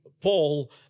Paul